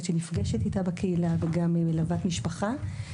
שנפגשת איתה בקהילה וגם עם מלוות משפחה.